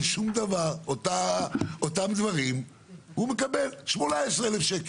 הוא מקבל 18,000 שקלים.